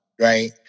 right